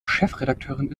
chefredakteurin